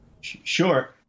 Sure